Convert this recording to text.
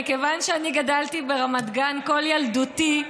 מכיוון שאני גדלתי ברמת גן כל ילדותי,